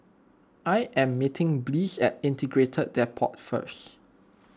I am meeting Bliss at Integrated Depot first